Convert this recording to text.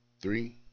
three